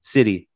City